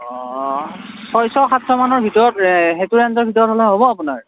অঁ ছয়শ সাতশ মানৰ ভিতৰত সেইটো ৰেঞ্জৰ ভিতৰত হ'লে হ'ব আপোনাৰ